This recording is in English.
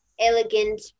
elegant